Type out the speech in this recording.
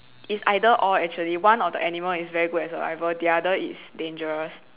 is either or actually one of the animal is very good at survival the other is dangerous